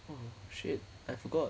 oh shit I forgot